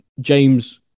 James